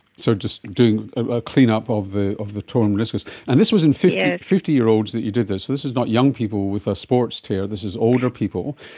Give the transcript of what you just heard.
so just doing a clean-up of the of the torn meniscus. and this was in fifty yeah fifty year olds that you did this, so this is not young people with a sports tear, this is older people.